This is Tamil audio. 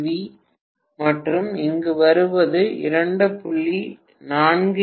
வி மற்றும் இங்கு வருவது 2